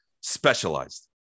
specialized